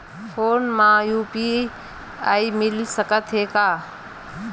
Phone मा UPI मिल सकत हे का?